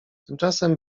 tymczasem